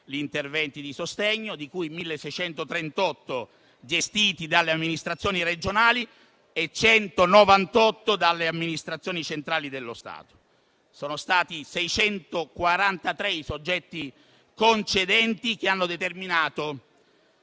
gli interventi di sostegno, di cui 1.638 gestiti dalle amministrazioni regionali e 198 dalle amministrazioni centrali dello Stato. Sono stati 643 i soggetti concedenti, che hanno determinato